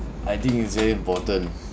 I think it's very important